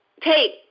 take